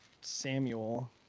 Samuel